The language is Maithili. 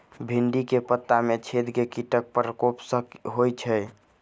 भिन्डी केँ पत्ता मे छेद केँ कीटक प्रकोप सऽ होइ छै?